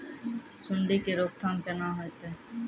सुंडी के रोकथाम केना होतै?